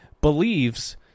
believes